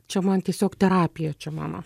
čia man tiesiog terapija čia mano